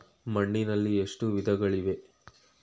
ಮಣ್ಣಿನಲ್ಲಿ ಎಷ್ಟು ವಿಧಗಳಿವೆ?